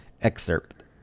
Excerpt